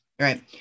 Right